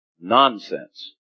Nonsense